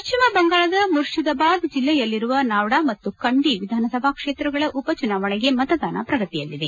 ಪಶ್ಚಿಮ ಬಂಗಾಳದ ಮುರ್ಷಿದಾಬಾದ್ ಜಿಲ್ಲೆಯಲ್ಲಿರುವ ನಾವ್ಡಾ ಮತ್ತು ಕಂಡಿ ವಿಧಾನಸಭಾ ಕ್ಷೇತ್ರಗಳ ಉಪಚುನಾವಣೆಗೆ ಮತದಾನ ಪ್ರಗತಿಯಲ್ಲಿದೆ